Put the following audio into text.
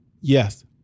Yes